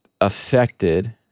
affected